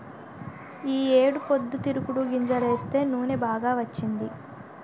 ఈ ఏడు పొద్దుతిరుగుడు గింజలేస్తే నూనె బాగా వచ్చింది